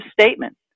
statement